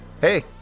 Hey